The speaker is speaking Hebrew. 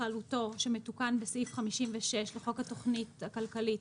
אני אציג שהנושא בכללותו שמתוקן בסעיף 56 לחוק התכנית הכלכלית,